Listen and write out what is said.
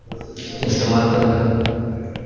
इस्तेमाल करबै